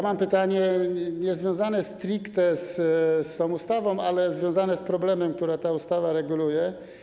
Mam pytanie niezwiązane stricte z tą ustawą, ale związane z problemem, który ta ustawa reguluje.